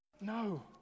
No